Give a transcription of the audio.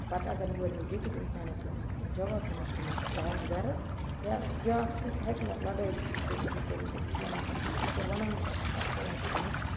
پتہٕ اگر نہٕ یہِ وَنہِ ایٚمِس بیٚکِس انسانس تیٚمِس جواب دِنس سُمتھ یہِ آسہِ غرض بیٛاکھ چھُنہٕ ہٮ۪کہِ نہٕ لڑٲے سۭتۍ یہِ کٔرِتھ یہِ سُہ چھُ وَنان پتہٕ ہُمِس یُس ہورٕ وَنان چھُ آسان پتہٕ چھُ وَنان سُہ تٔمِس